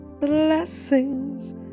Blessings